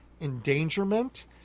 Endangerment